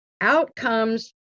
Outcomes